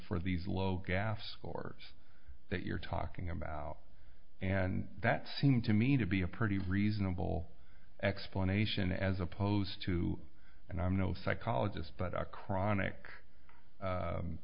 for these low gas corps that you're talking about and that seem to me to be a pretty reasonable explanation as opposed to and i'm no psychologist but a chronic